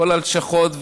כל הלשכות,